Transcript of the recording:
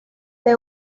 the